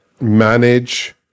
manage